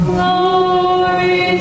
Glory